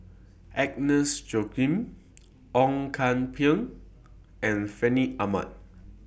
Agnes Joaquim Ong Kian Peng and Fandi Ahmad